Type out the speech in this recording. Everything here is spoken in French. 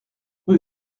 rue